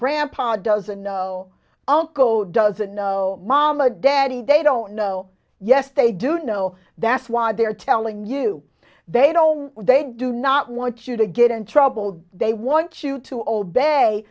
grandpa doesn't know alco doesn't know mama daddy day don't know yes they do know that's why they're telling you they don't they do not want you to get in trouble they want you to obey